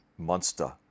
monster